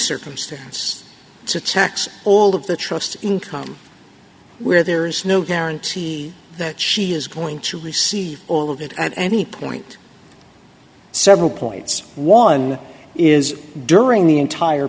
circumstance to tax all of the trust income where there is no guarantee that she is going to receive all of it at any point several points one is during the entire